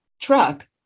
truck